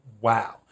wow